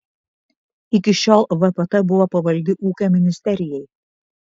iki šiol vpt buvo pavaldi ūkio ministerijai